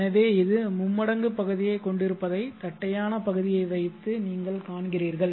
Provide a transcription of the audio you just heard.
எனவே இது மும்மடங்கு பகுதியைக் கொண்டிருப்பதை தட்டையான பகுதியை வைத்து நீங்கள் காண்கிறீர்கள்